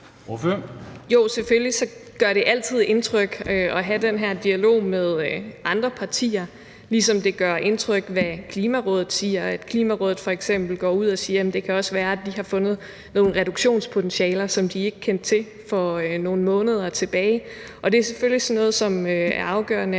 Jo, selvfølgelig gør det altid indtryk at have den her dialog med andre partier, ligesom det gør indtryk, hvad Klimarådet siger, og at Klimarådet f.eks. går ud og siger, at det også kan være, at vi har fundet nogle reduktionspotentialer, som de ikke kendte til for nogle måneder siden. Det er selvfølgelig sådan noget, som er afgørende